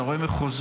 אתה רואה מחוזות,